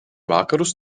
vakarus